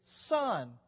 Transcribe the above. son